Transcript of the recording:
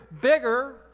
bigger